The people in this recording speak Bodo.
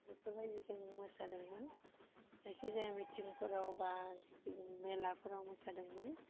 बेफोरबायदि जों मोसादोंमोन जायखिजाया मिटिंफोराव बा जिखुनु मेलाफ्राव मोसादोंमोन